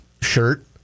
shirt